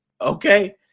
Okay